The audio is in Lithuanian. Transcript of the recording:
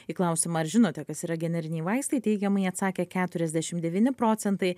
į klausimą ar žinote kas yra generiniai vaistai teigiamai atsakė keturiasdešimt devyni procentai